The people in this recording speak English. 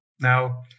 Now